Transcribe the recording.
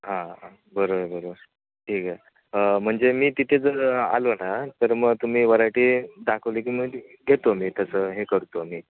हां हां बरोबर बरोबर ठीक आहे म्हणजे मी तिथे जर आलो ना तर मग तुम्ही वरायटी दाखवली की मग घेतो मी तसं हे करतो मी